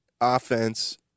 offense